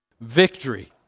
Victory